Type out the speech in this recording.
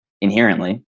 inherently